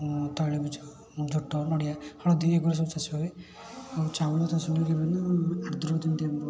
ତୈଳବୀଜ ଝୋଟ ନଡ଼ିଆ ହଳଦୀ ଏଗୁଡ଼ା ସବୁ ଚାଷ ହୁଏ ଆଉ ଚାଉଳ ଚାଷ ହୁଏ ବିଭିନ୍ନ ଆଦ୍ର ଯେମିତି ଆମ୍ବ